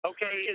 Okay